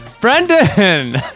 Brendan